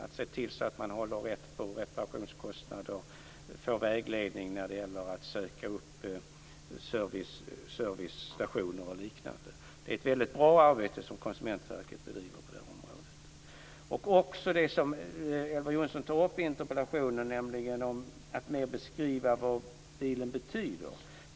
Man ser till att hålla reda på reparationskostnader och ger vägledning när det gäller att söka upp servicestationer och liknande. Det är ett väldigt bra arbete som Konsumentverket bedriver på det här området. Elver Jonsson tar i interpellationen också upp en beskrivning av vad bilen betyder.